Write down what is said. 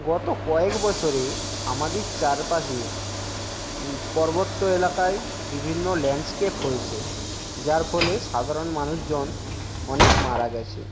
গত কয়েক বছরে আমাদের চারপাশে পর্বত্য এলাকায় বিভিন্ন ল্যান্ডস্কেপ হয়েছে যার ফলে সাধারণ মানুষজন অনেক মারা গেছে